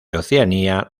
oceanía